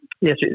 yes